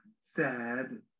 sad